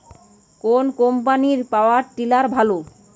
কোন কম্পানির power tiller ভালো?